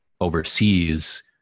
overseas